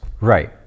Right